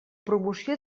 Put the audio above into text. promoció